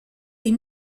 les